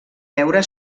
veure